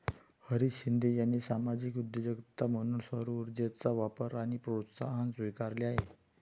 हरीश शिंदे यांनी सामाजिक उद्योजकता म्हणून सौरऊर्जेचा वापर आणि प्रोत्साहन स्वीकारले आहे